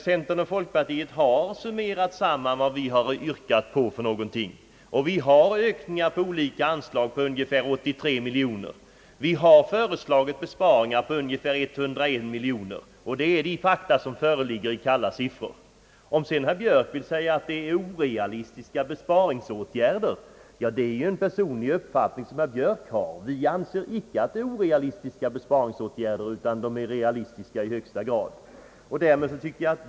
Centern och folkpartiet har yrkat på ökning av olika anslag med ungefär 83 miljoner kronor och föreslagit besparingar på ungefär 101 miljoner. Det är de fakta som föreligger i kalla siffror. När herr Björk säger att centerns besparingsåtgärder är orealistiska, så är det herr Björks personliga uppfattning. Vi anser icke dessa förslag orealistiska, utan vi finner besparingsåtgärderna vara i högsta grad realistiska.